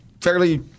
fairly